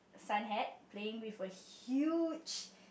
sun hat playing with a huge